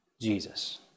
Jesus